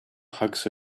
hugs